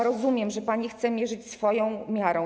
Rozumiem, że pani chce mierzyć swoją miarą.